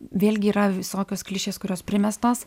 vėlgi yra visokios klišės kurios primestos